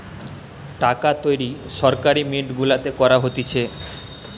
টাকা তৈরী সরকারি মিন্ট গুলাতে করা হতিছে